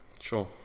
Sure